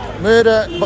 Murder